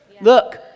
Look